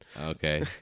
Okay